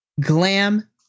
glam